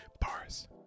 Bars